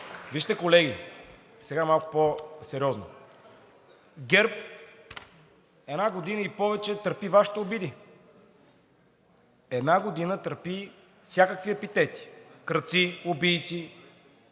вижте, колеги, сега малко по-сериозно. ГЕРБ една година и повече търпи Вашите обиди. Една година търпи всякакви епитети – „крадци“, „убийци“.